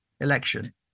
election